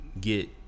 get